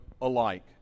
alike